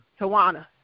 Tawana